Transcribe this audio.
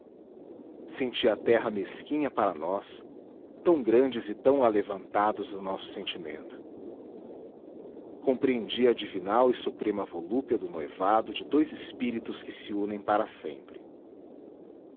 senti a terra mesquinha para nós tão grandes e tão alevantados no nosso sentimento compreendi a divinal e suprema volúpia do noivado de dois espíritos que se unem para sempre